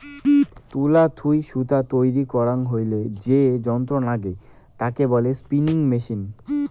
তুলো থুই সুতো তৈরী করাং হইলে যে যন্ত্র নাগে তাকে বলে স্পিনিং মেচিন